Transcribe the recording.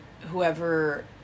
whoever